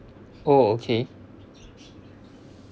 oh okay